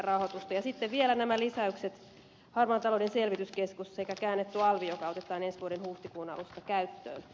ja sitten on vielä nämä lisäykset harmaan talouden selvityskeskus sekä käännetty alvi joka otetaan ensi vuoden huhtikuun alusta käyttöön